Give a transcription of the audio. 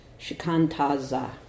Shikantaza